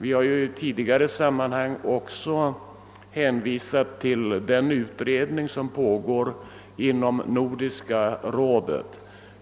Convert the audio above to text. I tidigare sammanhang har vi hänvisat till den utredning som pågått inom Nordiska rådet.